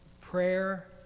prayer